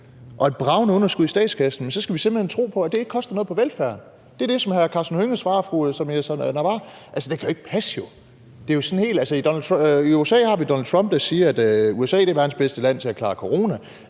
og et bragende underskud i statskassen. Og så skal vi simpelt hen tro på, at det ikke koster noget på velfærden. Det er det, som hr. Karsten Hønge svarer fru Samira Nawa. Det kan jo ikke passe. I USA har vi Donald Trump, der siger, at USA er verdens bedste land til at klare coronaen.